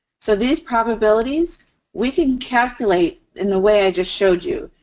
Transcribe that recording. so, these probabilities we can calculate in the way i just showed you.